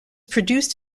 produced